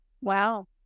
Wow